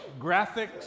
graphics